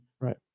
Right